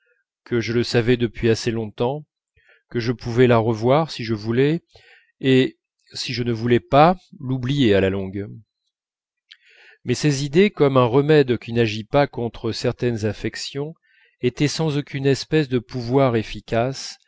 que je le savais depuis assez longtemps que je pouvais la revoir si je voulais et si je ne le voulais pas l'oublier à la longue mais ces idées comme un remède qui n'agit pas contre certaines affections étaient sans aucune espèce de pouvoir efficace